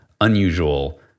unusual